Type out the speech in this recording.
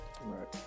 right